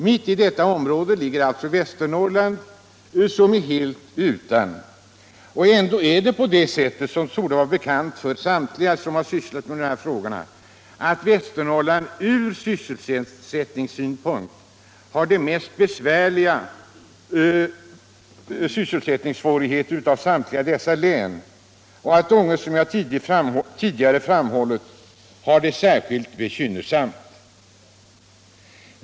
Mitt i detta område ligger alltså Västernorrland, som är helt utan sådan anläggning. Ändå är det — vilket torde vara bekant för samtliga som har sysslat med de här frågorna — så att Västernorrland från sysselsättningssynpunkt har de värsta problemen av samtliga dessa län, och där har Ånge, som jag tidigare framhållit, det särskilt bekymmersamt.